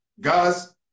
guys